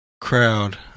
Crowd